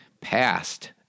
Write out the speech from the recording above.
past